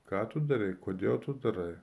ką tu darai kodėl tu darai